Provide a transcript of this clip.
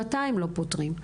שנתיים לא פותרים.